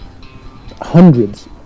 hundreds